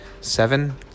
seven